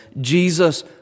Jesus